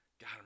God